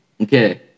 Okay